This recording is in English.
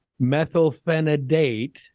methylphenidate